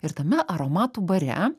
ir tame aromatų bare